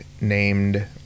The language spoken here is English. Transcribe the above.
named